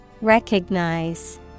Recognize